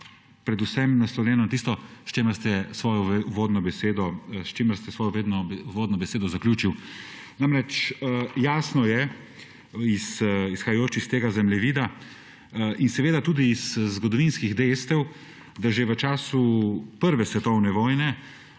predvsem naslovljeno na tisto, s čimer ste svojo uvodno besedo zaključili. Namreč, jasno je, izhajajoč iz tega zemljevida in tudi iz zgodovinski dejstev, da že v času prve svetovne vojne,